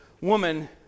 woman